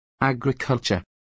agriculture